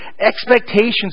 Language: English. expectations